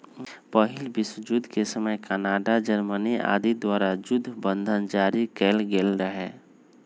पहिल विश्वजुद्ध के समय कनाडा, जर्मनी आदि द्वारा जुद्ध बन्धन जारि कएल गेल रहै